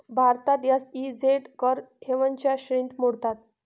भारतात एस.ई.झेड कर हेवनच्या श्रेणीत मोडतात